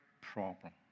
problem